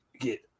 get